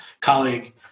colleague